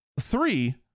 Three